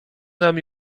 nam